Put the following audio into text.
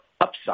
upside